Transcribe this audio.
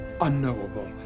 unknowable